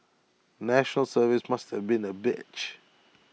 National Service must have been A bitch